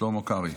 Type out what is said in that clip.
שלמה קרעי.